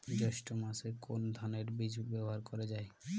জৈষ্ঠ্য মাসে কোন ধানের বীজ ব্যবহার করা যায়?